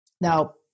Now